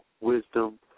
wisdom